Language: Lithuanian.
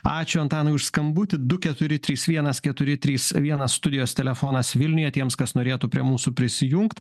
ačiū antanai už skambutį du keturi trys vienas keturi trys vienas studijos telefonas vilniuje tiems kas norėtų prie mūsų prisijungt